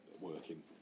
working